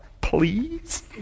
please